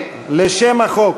לשם החוק